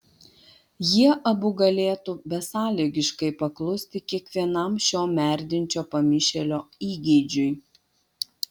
jie abu galėtų besąlygiškai paklusti kiekvienam šio merdinčio pamišėlio įgeidžiui